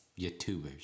YouTubers